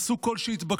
עשו כל שהתבקשו,